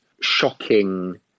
shocking